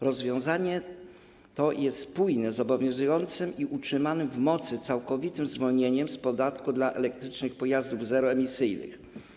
Rozwiązanie to jest spójne z obowiązującym i utrzymanym w mocy całkowitym zwolnieniem z podatku dla elektrycznych pojazdów zeroemisyjnych.